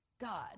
God